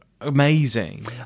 amazing